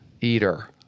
eater